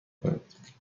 کنید